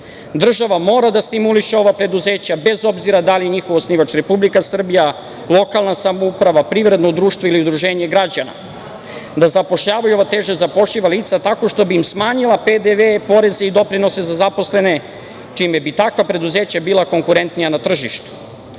Država mora da stimuliše ova preduzeća, bez obzira da li je njihov osnivač Republika Srbija, lokalna samouprava, privredno društvo ili udruženje građana da zapošljavaju ova teže zapošljiva lica tako što bi im smanjila PDV, poreze i doprinose za zaposlene, čime bi takva preduzeća bila konkurentnija na tržištu.